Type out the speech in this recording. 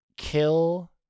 kill